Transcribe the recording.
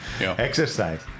exercise